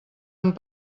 amb